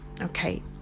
okay